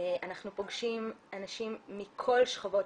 אנחנו פוגשים אנשים מכל השכבות